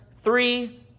three